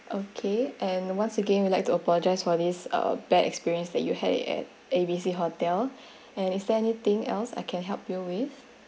okay and once again we like to apologise for this uh bad experience that you had it at a b c hotel and is there anything else I can help you with